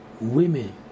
women